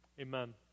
amen